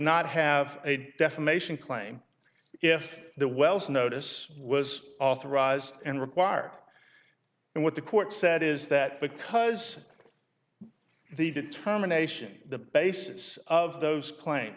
not have a defamation claim if the wells notice was authorized and required and what the court said is that because the determination the basis of those cla